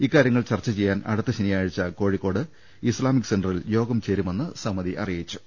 ഈ കാര്യങ്ങൾ ചർച്ച ചെയ്യാൻ അടുത്ത ശനിയാഴ്ച കോഴിക്കോട് ഇസ്ലാമിക് സെന്ററിൽ യോഗം ചേരുമെന്ന് സമിതി അറിയിച്ചു